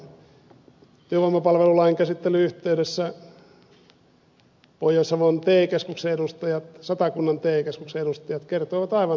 työvoimapalvelulain käsittelyn yhteydessä pohjois savon te keskuksen edustajat satakunnan te keskuksen edustajat kertoivat aivan samaa viestiä